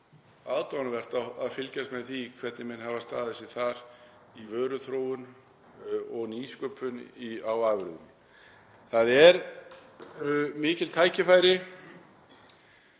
aðdáunarvert að fylgjast með því hvernig menn hafa staðið sig þar í vöruþróun og nýsköpun á afurðum. Það eru gríðarleg tækifæri